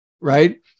Right